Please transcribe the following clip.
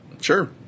sure